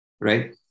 right